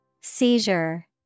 Seizure